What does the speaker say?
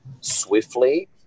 swiftly